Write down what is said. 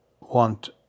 want